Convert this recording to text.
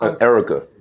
Erica